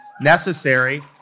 necessary